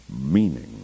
meaning